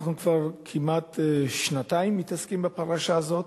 אנחנו כבר כמעט שנתיים מתעסקים בפרשה הזאת.